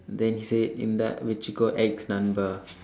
then he said இந்தா வெச்சிக்கோ:indthaa vechsikkoo ex நண்பா:nanpaa